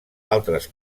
altres